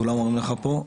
כולם אומרים לך פה.